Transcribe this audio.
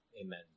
amen